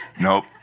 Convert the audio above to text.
nope